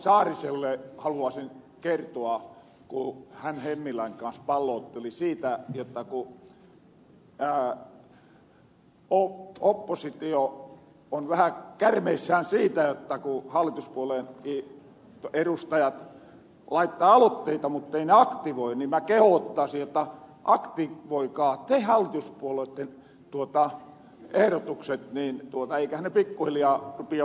saariselle haluaasin kertoa ku hän hemmilän kans pallootteli siitä ku oppositio on vähän kärmeissään siitä jotta hallituspuolueen edustajat laittaa alotteita muttei ne aktivoi niitä niin mä kehoottasin jotta aktivoikaa te ne hallituspuolueitten ehdotukset niin eiköhän ne pikkuhiljaa rupia vähenemähän